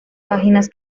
páginas